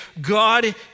God